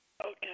Okay